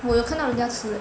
我有看到人家吃